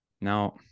now